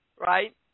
Right